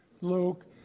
Luke